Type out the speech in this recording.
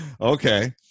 Okay